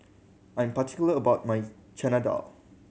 I'm particular about my Chana Dal